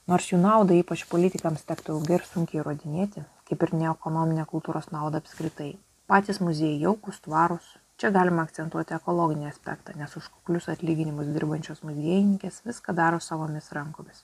nors jų naudą ypač politikams tektų ilgai ir sunkiai įrodinėti kaip ir neekonominę kultūros naudą apskritai patys muziejai jaukūs tvarūs čia galima akcentuoti ekologinį aspektą nes už kuklius atlyginimus dirbančios muziejininkės viską daro savomis rankomis